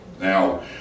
Now